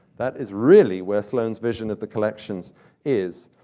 that is really where sloane's vision of the collections is,